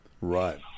Right